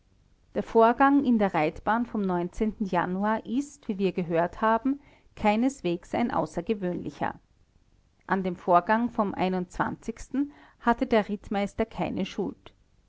der vorgang in der reitbahn vom januar ist wie wir gehört haben keineswegs ein außergewöhnlicher an dem vorgang vom hatte der rittmeister keine schuld